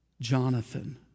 Jonathan